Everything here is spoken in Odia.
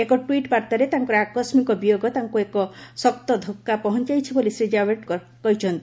ଏକ ଟ୍ୱିଟ୍ ବାର୍ତ୍ତାରେ ତାଙ୍କର ଆକସ୍ମିକ ବିୟୋଗ ତାଙ୍କୁ ଏକ ଶକ୍ତ ଧକ୍କା ପହଞ୍ଚାଇଛି ବୋଲି ଶ୍ରୀ ଜାଭେଡକର କହିଛନ୍ତି